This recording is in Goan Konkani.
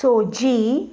सोजी